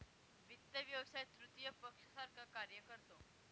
वित्त व्यवसाय तृतीय पक्षासारखा कार्य करतो